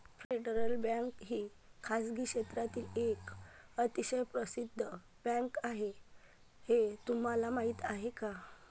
Federal Bank ही खासगी क्षेत्रातील एक अतिशय प्रसिद्ध बँक आहे हे तुम्हाला माहीत आहे का?